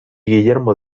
guillermo